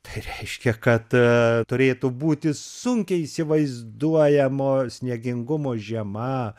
tai reiškia kad turėtų būti sunkiai įsivaizduojamo sniegingumo žiema